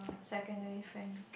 secondary friend